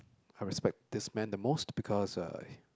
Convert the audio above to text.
I respect this man the most because uh